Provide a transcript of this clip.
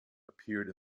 appeared